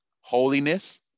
Holiness